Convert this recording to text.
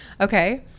Okay